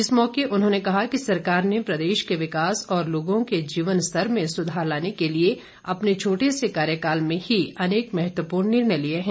इस मौके उन्होंने कहा कि सरकार ने प्रदेश के विकास और लोगों के जीवन स्तर में सुधार लाने के लिए अपने छोटे से कार्यकाल में ही अनेक महत्वपूर्ण निर्णय लिए हैं